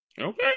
Okay